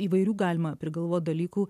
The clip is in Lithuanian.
įvairių galima prigalvot dalykų